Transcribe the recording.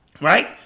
right